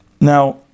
Now